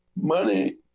Money